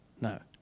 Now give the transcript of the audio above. no